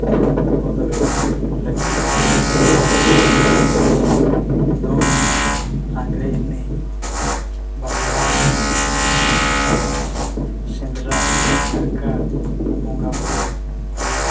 ᱟᱹᱰᱤ ᱞᱟᱹᱠᱛᱤᱜ ᱠᱟᱱᱟ ᱫᱚᱝ ᱮᱱᱮᱡ ᱞᱟᱜᱽᱬᱮ ᱮᱱᱮᱡ ᱵᱟᱯᱞᱟ ᱵᱤᱦᱟᱹ ᱥᱮᱸᱫᱽᱨᱟᱼᱠᱟᱨᱠᱟ ᱵᱚᱸᱜᱟᱼᱵᱩᱨᱩ